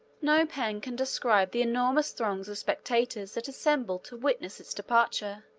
no pen can describe the enormous throngs of spectators that assembled to witness its departure,